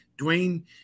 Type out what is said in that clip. Dwayne